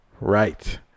right